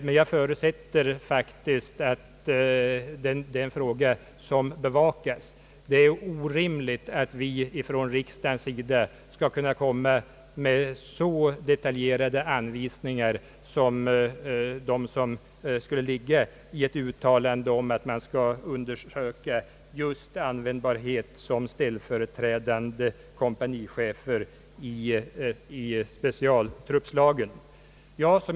Men jag förutsätter faktiskt att den frågan bevakas. Det är orimligt att vi från riksdagens sida kommer med så detaljerade anvisningar som det måste innebära om riksdagen uttalar att man skall undersöka underofficerarnas användbarhet som ställföreträdande kompanichefer i specialtruppslagen.